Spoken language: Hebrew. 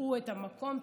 צבעו את המקום קצת,